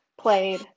played